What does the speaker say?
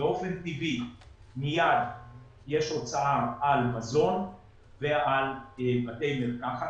באופן טבעי יש הוצאה על מזון ועל בתי מרקחת,